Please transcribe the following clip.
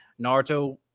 naruto